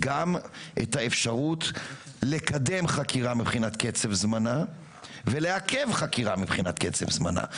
גם לקדם חקירה מבחינת קצב זמנה ולעכב חקירה מבחינת קצב זמנה.